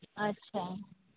ᱟᱪᱪᱷᱟ